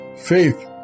Faith